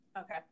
Okay